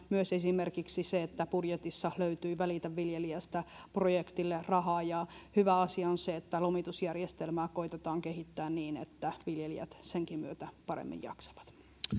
myös esimerkiksi se että budjetissa löytyi välitä viljelijästä projektille rahaa ja hyvä asia on se että lomitusjärjestelmää koetetaan kehittää niin että viljelijät senkin myötä paremmin jaksavat